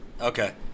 Okay